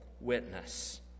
witness